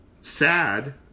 sad